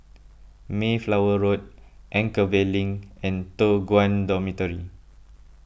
Mayflower Road Anchorvale Link and Toh Guan Dormitory